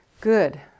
good